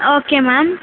okay ma'am